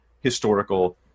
historical